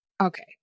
Okay